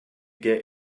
get